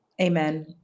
Amen